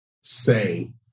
say